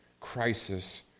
crisis